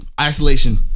Isolation